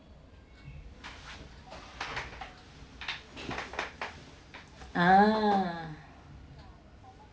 ah